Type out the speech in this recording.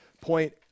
point